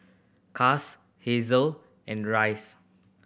Cas Hazelle and Reyes